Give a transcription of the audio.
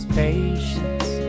patience